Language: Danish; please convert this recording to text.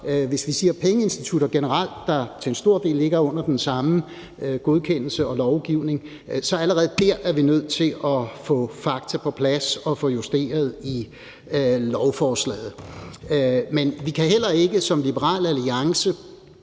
handler om pengeinstitutter, der for en stor dels vedkommende ligger under den samme godkendelseslovgivning, så er vi allerede dér nødt til at få fakta på plads og få justeret i beslutningsforslaget. Men vi kan heller ikke i Liberal Alliance